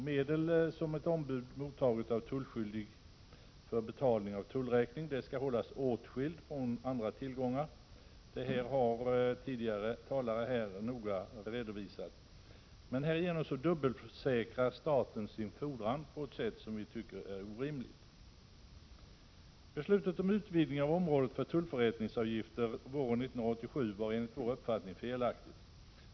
Medel som ett ombud mottagit av tullskyldig för betalning av tullräkning skall hållas åtskilda från andra tillgångar, vilket tidigare talare noggrant har redovisat. Härigenom dubbelsäkrar staten sin fordran på ett sätt som vi tycker är orimligt. Beslutet om utvidgning av området för tullförrättningsavgifter våren 1987 var enligt vår uppfattning felaktigt.